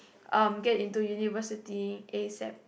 um get into university asap